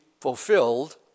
fulfilled